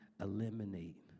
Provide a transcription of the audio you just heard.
eliminate